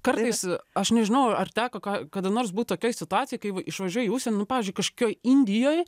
kartais aš nežinau ar teko ka kada nors būt tokioj situacijoj kai v išvažiuoji į užsienį nu pavyzdžiui kažkokioj indijoj